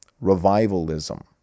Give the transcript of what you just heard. revivalism